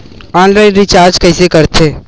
Online recharge कइसे करथे?